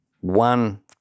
one